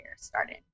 started